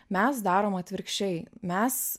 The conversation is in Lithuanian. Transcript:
mes darom atvirkščiai mes